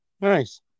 Nice